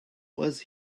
was